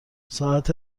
ساعت